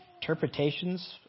interpretations